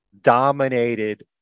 dominated